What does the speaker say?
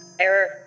Error